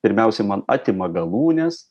pirmiausia man atima galūnes